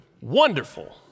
wonderful